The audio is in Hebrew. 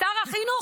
שר החינוך,